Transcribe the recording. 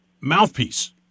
mouthpiece